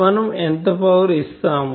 మనం ఎంత పవర్ ఇస్తాము